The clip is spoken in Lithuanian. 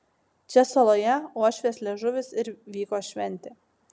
čia saloje uošvės liežuvis ir vyko šventė